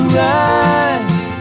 rise